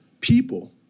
people